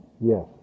Yes